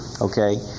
Okay